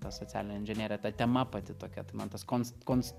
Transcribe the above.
ta socialinė inžinerija ta tema pati tokia tai man tas kons kons